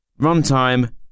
Runtime